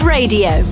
Radio